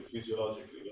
physiologically